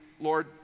Lord